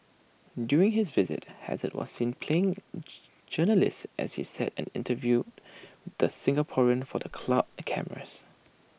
during his visit hazard was seen playing journalist as he sat and interviewed the Singaporean for the club cameras